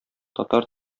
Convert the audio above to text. татар